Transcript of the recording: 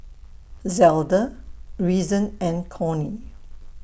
Zelda Reason and Cornie